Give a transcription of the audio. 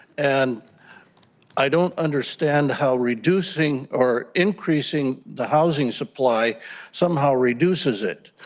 and i don't understand how reducing or increasing the housing supply somehow reduces it.